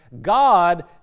God